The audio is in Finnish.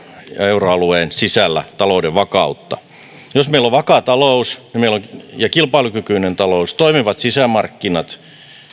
ja euroalueen sisällä talouden vakautta jos meillä on vakaa ja kilpailukykyinen talous toimivat sisämarkkinat